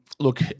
Look